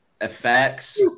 effects